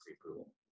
approval